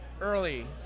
Early